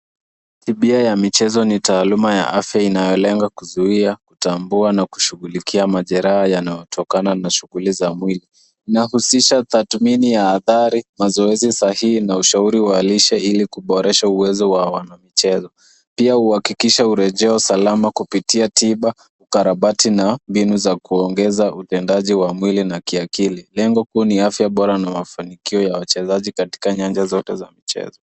Tibia ya michezo ni taaluma ya afya inayolenga kuzuia, kutambua na kushughulikia majeraha yanayotokana na shughuli za mwili. Inahusisha tathmini ya athari, mazoezi sahihi, na ushauri wa lishe ili kuboresha uwezo wa wanamichezo. Pia inahakikisha urejeo salama kupitia tiba, ukarabati na mbinu za kuongeza utendaji wa mwili na kiakili. Lengo kuu ni afya bora na wafanikio ya wachezaji katika nyanja zote za michezo.